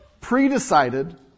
pre-decided